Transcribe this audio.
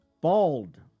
Bald